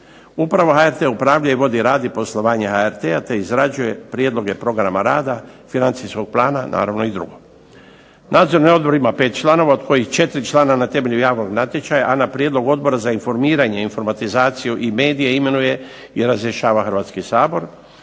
Uprava HRT-a upravlja i vodi rad i poslovanje HRT-a te izrađuje prijedloge programa rada, financijskog plana, naravno i drugo. Nadzorni odbor ima 5 članova, od kojih 4 člana na temelju javnog natječaja, a na prijedlog Odbora za informiranje, informatizaciju i medije imenuje i razrješava Hrvatski sabor,